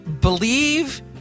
believe